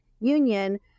union